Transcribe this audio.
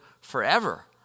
forever